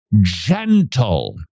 gentle